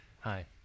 Hi